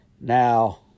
Now